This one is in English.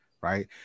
right